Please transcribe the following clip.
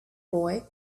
boy